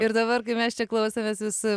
ir dabar kaip mes čia klausomės jūsų